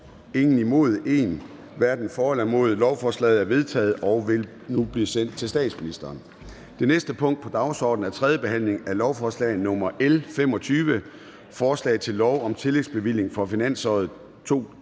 eller imod stemte 9 (EL og ALT). Lovforslaget er vedtaget og vil nu blive sendt til statsministeren. --- Det næste punkt på dagsordenen er: 8) 3. behandling af lovforslag nr. L 46: Forslag til lov om ændring af udlændingeloven.